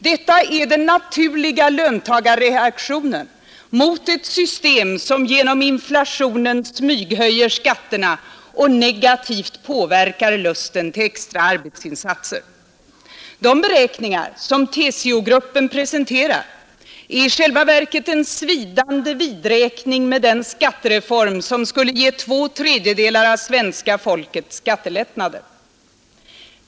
Detta är den naturliga löntagarreaktionen mot ett system, som genom inflationen smyghöjer skatterna och negativt påverkar lusten till extra arbetsinsatser. De beräkningar som TCO-gruppen presenterar är i själva verket en svidande vidräkning med den skattereform som skulle ge två tredjedelar av svenska folket skattelättnader.